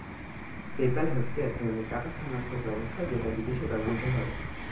PayPal হচ্ছে এক ধরণের টাকা স্থানান্তর ব্যবস্থা যেটা বিদেশে ব্যবহৃত হয়